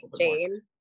Jane